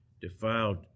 defiled